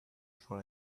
for